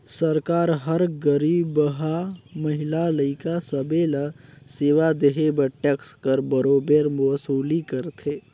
सरकार हर गरीबहा, महिला, लइका सब्बे ल सेवा देहे बर टेक्स कर बरोबेर वसूली करथे